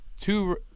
two